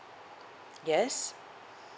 yes